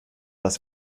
das